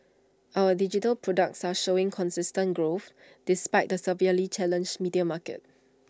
our digital products are showing consistent growth despite the severely challenged media market